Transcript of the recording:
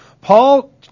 Paul